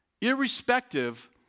Irrespective